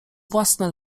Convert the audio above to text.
własne